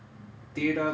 and